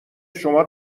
شما